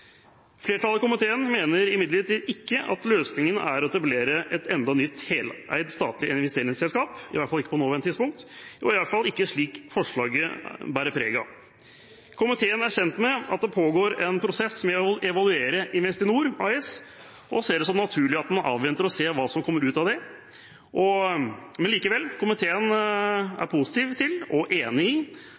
Flertallet i komiteen mener imidlertid ikke at løsningen er å etablere enda et nytt heleid statlig investeringsselskap, i hvert fall ikke på det nåværende tidspunkt, og i hvert fall ikke slik forslaget bærer preg av. Komiteen er kjent med at det pågår en prosess med å evaluere Investinor AS og ser det som naturlig at man avventer å se hva som kommer ut av det. Likevel er komiteen positiv til og enig i